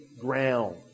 ground